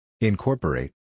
Incorporate